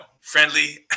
friendly